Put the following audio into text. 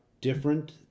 different